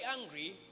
angry